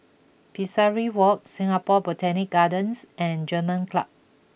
Pesari Walk Singapore Botanic Gardens and German Club